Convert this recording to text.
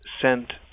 sent